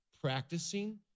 practicing